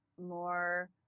More